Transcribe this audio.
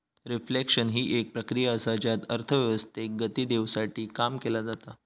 reflection हि एक प्रक्रिया असा ज्यात अर्थव्यवस्थेक गती देवसाठी काम केला जाता